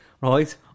right